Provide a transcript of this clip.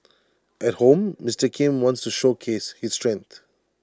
at home Mister Kim wants to showcase his strength